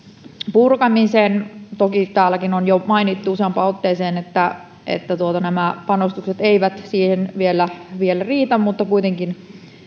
purkamisen toki täälläkin on jo mainittu useampaan otteeseen että että nämä panostukset eivät siihen vielä vielä riitä mutta kuitenkin